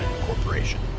Corporation